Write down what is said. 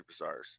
superstars